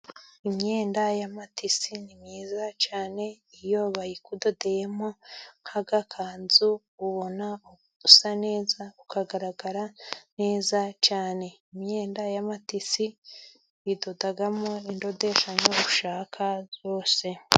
Imyenda ya matisi ni myiza cyane, iyo bayikudodeyemo nk'agakanzu ubona usa neza ukagaragara neza cyane, imyenda y'amatisi uyidodamo indodeshanyo ushaka yose.